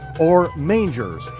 or mangers.